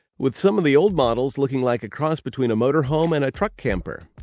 with some of the old models looking like a cross between a motorhome and a truck camper.